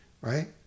right